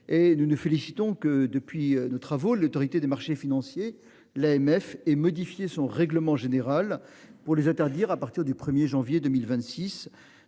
et nous nous félicitons que depuis de travaux l'Autorité des marchés financiers. L'AMF et modifié son règlement général pour les interdire à partir du 1er janvier 2026,